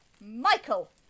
Michael